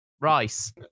Rice